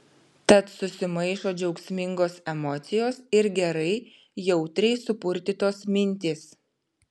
tad susimaišo džiaugsmingos emocijos ir gerai jautriai supurtytos mintys